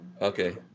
Okay